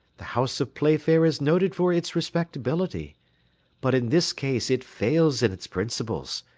the house of playfair is noted for its respectability but in this case it fails in its principles,